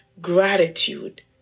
gratitude